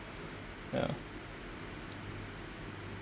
ya